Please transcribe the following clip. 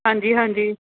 ਹਾਂਜੀ ਹਾਂਜੀ